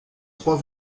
trois